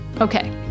Okay